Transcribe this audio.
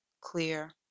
clear